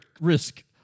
risk